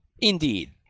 indeed